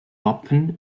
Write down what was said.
wappen